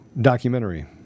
documentary